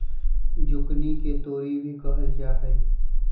zucchini के तोरी भी कहल जाहई